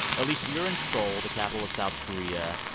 elise, you're in seoul, the capital of south korea.